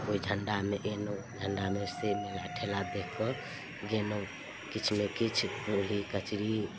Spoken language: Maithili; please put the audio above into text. ओहि झंडामे अयलहुँ झंडामे सँ मेला ठेला देखि कऽ गेलहुँ किछु नहि किछु मुरही कचरी